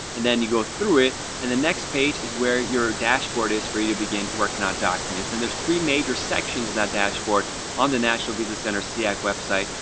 and then you go through it and the next page is where your dashboard is for you to begin working on documents. and there's three major sections on that dashboard on the national visa center ceac website.